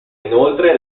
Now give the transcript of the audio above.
inoltre